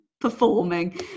performing